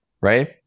right